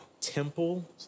temple